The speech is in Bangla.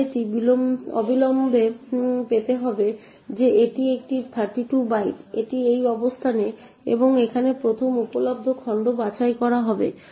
অ্যারে টি অবিলম্বে পেতে হবে যে এটি একটি 32 বাইট এটি এই অবস্থানে এবং এখানে 1 ম উপলব্ধ খণ্ড বাছাই করা হবে